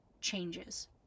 changes